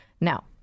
Now